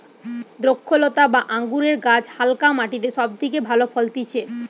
দ্রক্ষলতা বা আঙুরের গাছ হালকা মাটিতে সব থেকে ভালো ফলতিছে